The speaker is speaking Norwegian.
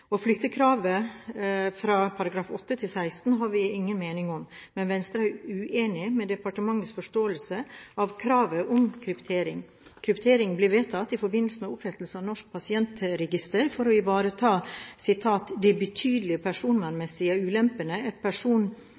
Å flytte kravet fra § 8 til § 16 har vi ingen mening om, men Venstre er uenig i departementets forståelse av kravet om kryptering. Kryptering ble vedtatt i forbindelse med opprettelsen av Norsk pasientregister på bakgrunn av «de betydelige personvernmessige ulempene et